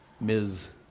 Ms